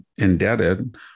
indebted